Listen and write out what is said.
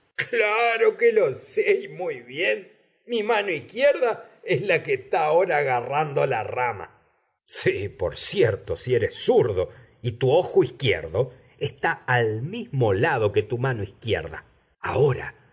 claro que lo sé y mu bien mi mano isquierda é la que está agarrando la rama sí por cierto eres zurdo y tu ojo izquierdo está al mismo lado que tu mano izquierda ahora